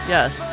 Yes